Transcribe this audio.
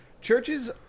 churches